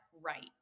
right